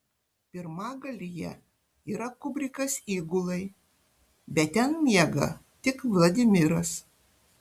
pirmagalyje yra kubrikas įgulai bet ten miega tik vladimiras